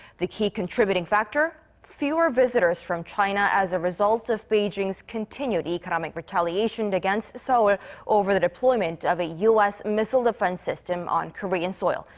the key contributing factor? fewer visitors from china as a result of beijing's continued economic retaliation against seoul ah over the deployment of a u s. missile defense system on korean soil.